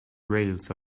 rails